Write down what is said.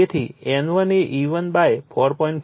તેથી N1 એ E1 4